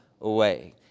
away